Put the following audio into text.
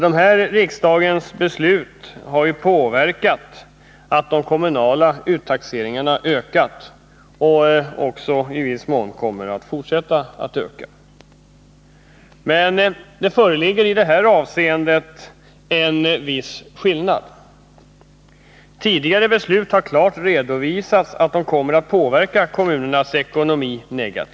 Dessa riksdagens beslut har medfört att de kommunala uttaxeringarna har ökat, och de kommer i viss mån att fortsätta att öka. Men i det här avseendet föreligger det en viss skillnad. Vid tidigare beslut har det klart redovisats att de negativt kommer att påverka kommunernas ekonomi.